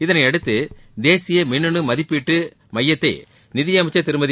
இதனையடுத்து தேசிய மின்னனு மதிப்பீட்டு மையத்தை நிதியமைச்சர் திருமதி